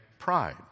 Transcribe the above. pride